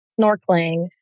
snorkeling